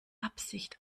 absicht